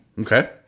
Okay